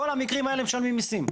בכל המקרים האלה משלמים מיסים.